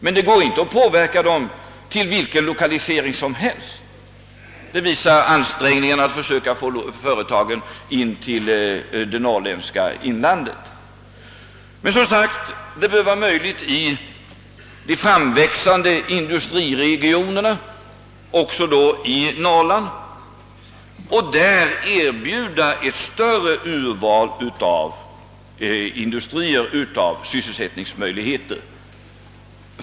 Men det går inte att påverka dem till vilken lokalisering som helst — det visar resultatet av ansträngningarna att få företag till det norrländska inlandet. Men det bör som sagt vara möjligt i de framväxande <industriregionerna, också i Norrland, att erbjuda ett större urval av industrier och av sysselsätt ningsmöjligheter.